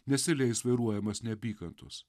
nesileis vairuojamas neapykantos